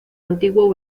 antiguo